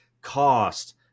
cost